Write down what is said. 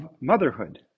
motherhood